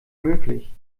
möglich